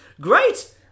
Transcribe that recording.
Great